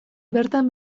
bertan